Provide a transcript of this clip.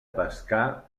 pescar